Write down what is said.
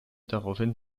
daraufhin